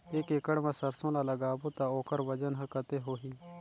एक एकड़ मा सरसो ला लगाबो ता ओकर वजन हर कते होही?